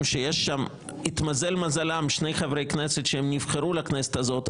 שיש שם שני חברי כנסת שהם נבחרו לכנסת הזאת,